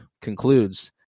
concludes